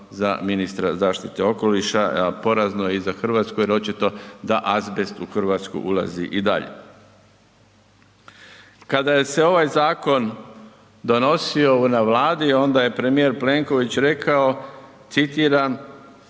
za ministra zaštite okoliša, a porezano je i za RH jer očito da azbest u RH ulazi i dalje. Kada se je ovaj zakon donosio na Vladi onda je premijer Plenković rekao, citiram,